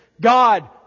God